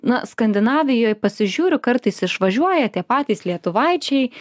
na skandinavijoj pasižiūriu kartais išvažiuoja tie patys lietuvaičiai